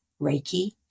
Reiki